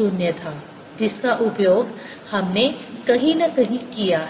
0 था जिसका उपयोग हमने कहीं न कहीं किया है